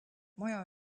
maja